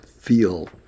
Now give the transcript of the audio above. feel